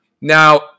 Now